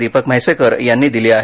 दीपक म्हैसेकर यांनी दिली आहे